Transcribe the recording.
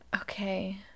okay